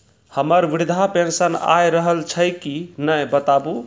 हमर वृद्धा पेंशन आय रहल छै कि नैय बताबू?